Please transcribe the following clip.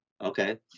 Okay